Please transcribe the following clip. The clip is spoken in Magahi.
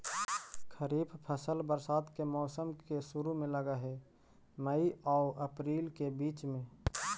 खरीफ फसल बरसात के मौसम के शुरु में लग हे, मई आऊ अपरील के बीच में